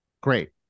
great